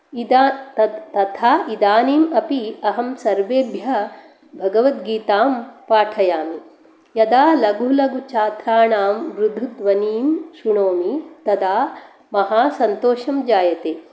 इदा तथा इदानीम् अपि अहं सर्वेभ्य भगवद्गीतां पाठयामि यदा लघु लघु छात्राणाम् मृदुध्वनिं श्रुणोमि तदा महान् सन्तोषः जायते